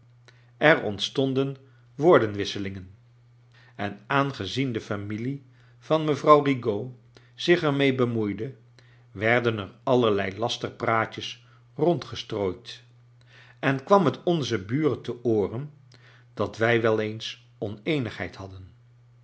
er ontstonden woordenwisselingen en aangezien de familie van mevrouw rigaud zich er mee bemoeide werden er allerlei lasterpraatjes rondgestrooid en jcwam het onzen buren ten oore dat wij wel eens oneenigheid hadden